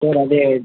sir ಅದೇ